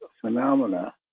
phenomena